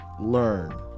learn